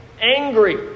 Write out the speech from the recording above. angry